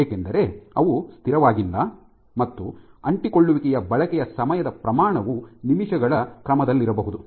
ಏಕೆಂದರೆ ಅವು ಸ್ಥಿರವಾಗಿಲ್ಲ ಮತ್ತು ಅಂಟಿಕೊಳ್ಳುವಿಕೆಯ ಬಳಕೆಯ ಸಮಯದ ಪ್ರಮಾಣವು ನಿಮಿಷಗಳ ಕ್ರಮದಲ್ಲಿರಬಹುದು